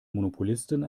monopolisten